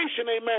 amen